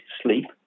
sleep